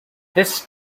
this